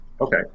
okay